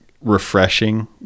refreshing